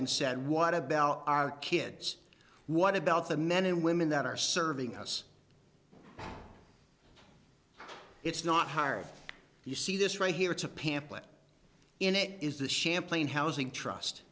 and said what about our kids what about the men and women that are serving us it's not hard you see this right here it's a pamphlet in it is the champlain housing trust